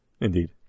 Indeed